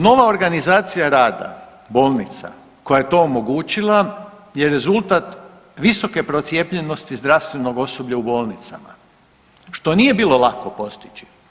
Nova organizacija rada bolnica koja je to omogućila je rezultat visoke procijepljenosti zdravstvenog osoblja u bolnicama, što nije bilo lako postići.